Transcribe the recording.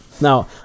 Now